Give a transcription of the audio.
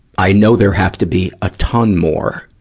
i know there have to be a ton more.